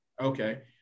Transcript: Okay